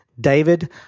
David